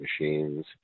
machines